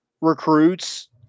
recruits